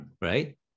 Right